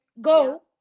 go